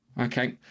Okay